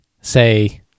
say